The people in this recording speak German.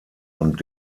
und